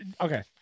Okay